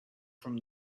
from